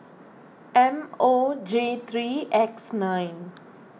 M O J three X nine